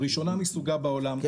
ראשונה מסוגה בעולם,